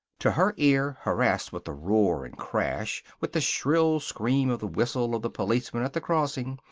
to her ear, harassed with the roar and crash, with the shrill scream of the whistle of the policeman at the crossing,